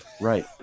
right